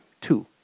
two